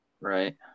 right